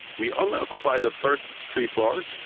we only occupied the first three floors,